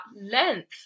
length